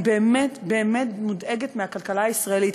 אני באמת באמת מודאגת מהכלכלה הישראלית.